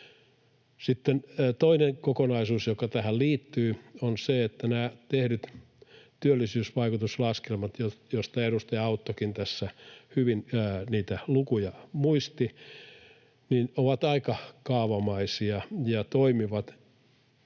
Sitten toinen kokonaisuus, joka tähän liittyy, on se, että nämä tehdyt työllisyysvaikutuslaskelmat, joista edustaja Auttokin tässä hyvin niitä lukuja muisti, ovat aika kaavamaisia ja toimivat